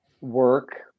work